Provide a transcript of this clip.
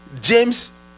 James